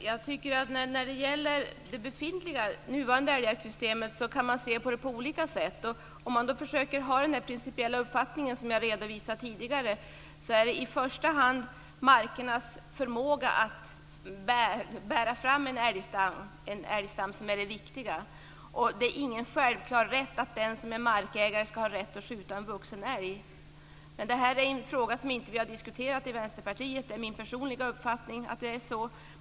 Herr talman! Man kan se på det befintliga älgjaktssystemet på olika sätt. Om man försöker ha den principiella uppfattning som jag redovisade tidigare är det i första hand markernas förmåga att bära fram en älgstam som är det viktiga. Det är inte självklart att den som är markägare ska ha rätt att skjuta en vuxen älg. Detta är en fråga som vi inte har diskuterat i Vänsterpartiet. Det är min personliga uppfattning.